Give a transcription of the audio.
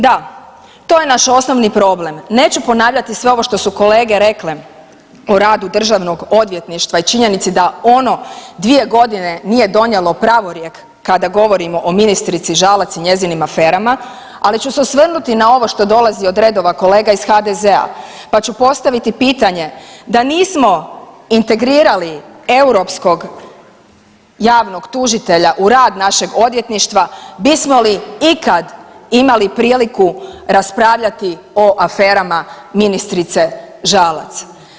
Da, to je naš osnovni problem, neću ponavljati sve ovo što su kolege rekle o radu Državnog odvjetništva i činjenici da ono 2 g. nije donijelo pravorijek kada govorimo o ministrici Žalac i njezinim aferama ali ću se osvrnuti na ovo što dolazi od redova kolega iz HDZ-a pa ću postaviti pitanje da nismo integrirali europskog javnog tužitelja u rad našeg odvjetništva, bismo li ikad imali priliku raspravljati o aferama ministrice Žalac?